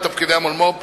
את תפקידי המולמו"פ